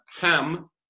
ham